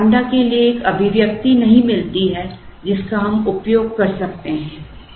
आपको लैम्ब्डा के लिए एक अभिव्यक्ति नहीं मिलती है जिसका हम उपयोग कर सकते हैं